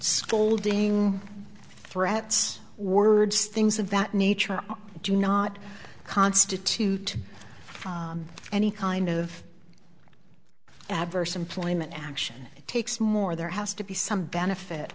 scolding threats words things of that nature do not constitute any kind of adverse employment action takes more there has to be some benefit